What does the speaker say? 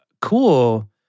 cool